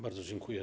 Bardzo dziękuję.